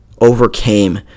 overcame